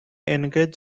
engage